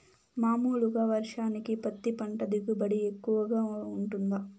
మామూలుగా వర్షానికి పత్తి పంట దిగుబడి ఎక్కువగా గా వుంటుందా?